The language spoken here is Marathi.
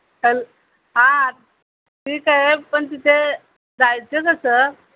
हेल हां ठीक आहे पण तिथे जायचे कसं